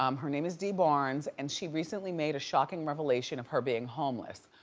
um her name is dee barnes and she recently made a shocking revelation of her being homeless.